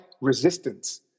resistance